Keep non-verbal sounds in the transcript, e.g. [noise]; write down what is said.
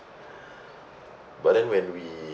[breath] but then when we